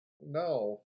No